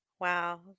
Wow